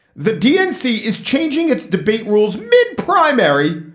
the dnc is changing its debate rules mid primary.